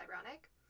ironic